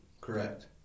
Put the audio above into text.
Correct